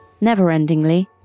never-endingly